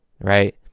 Right